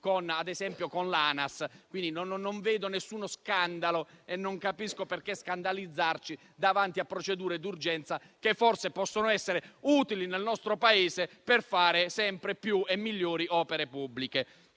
ad esempio con l'ANAS. Non vedo nessuno scandalo e non capisco perché scandalizzarci davanti a procedure d'urgenza che forse possono essere utili nel nostro Paese per fare sempre più e migliori opere pubbliche.